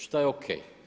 Što je ok.